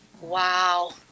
wow